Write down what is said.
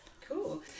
Cool